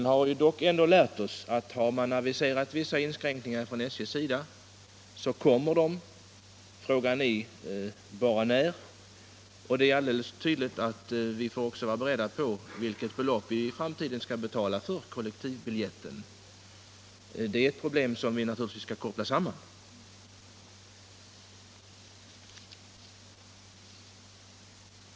Vi har dock lärt oss att har SJ aviserat inskränkningar så kommer de också till stånd, frågan är bara när. Vi måste också fråga 107 oss vilket belopp vi i framtiden skall betala för kollektivbiljetten. Detta är problem som vi naturligtvis skall koppla samman.